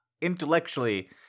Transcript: intellectually